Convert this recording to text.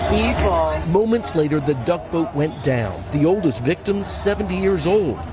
moments later the duck boat went down. the oldest victim seventy years old,